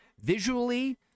Visually